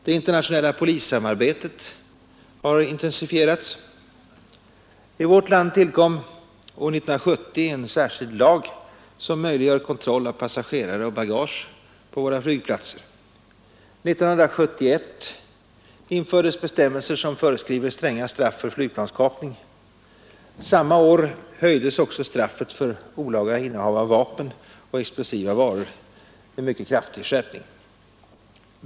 Det internationella polissamarbetet har intensifierats. I vårt land tillkom år 1970 en särskild lag som möjliggör kontroll av passagerare och bagage på våra flygplatser. År 1971 infördes bestämmelser som föreskriver stränga straff för flygplanskapning. Samma år höjdes straffet för olaga innehav av vapen och explosiva varor väsentligt.